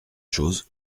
chose